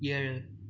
ஏழு